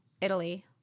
Italy